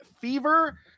Fever